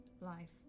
life